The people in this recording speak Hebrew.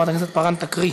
חברת הכנסת פארן תקריא